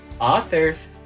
authors